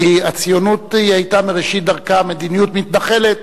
כי הציונות היתה מראשית דרכה מדיניות מתנחלת.